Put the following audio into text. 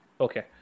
Okay